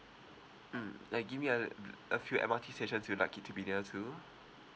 mm like give me a b~ a few M_R_T stations you'd like it to be near to